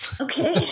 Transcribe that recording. Okay